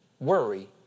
Worry